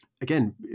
again